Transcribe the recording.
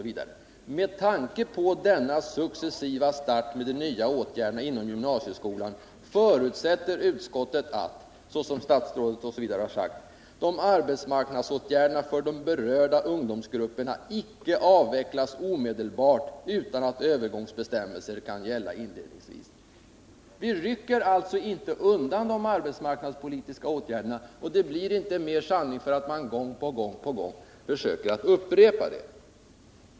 Med tanke på denna successiva start med de nya åtgärderna inom gymnasieskolan förutsätter utskottet att, såsom de föredragande statsråden anför ——-- arbetsmarknadsåtgärderna för de berörda ungdomsgrupperna inte avvecklas omedelbart utan att övergångsbestämmelser kan gälla inledningsvis”. Vi rycker alltså inte undan de arbetsmarknadspolitiska åtgärderna; påståendet blir inte mer sanning för att man gång på gång upprepar det.